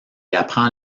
apprend